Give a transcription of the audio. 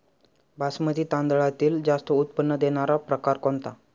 बासमती तांदळातील जास्त उत्पन्न देणारा प्रकार कोणता?